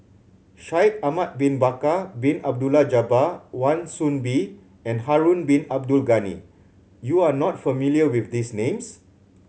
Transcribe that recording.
Shaikh Ahmad Bin Bakar Bin Abdullah Jabbar Wan Soon Bee and Harun Bin Abdul Ghani you are not familiar with these names